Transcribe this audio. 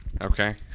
Okay